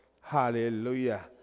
Hallelujah